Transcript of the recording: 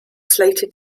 slated